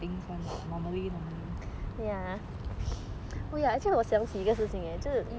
they will still help you carry more things [one] lah normally normally